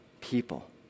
people